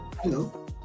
Hello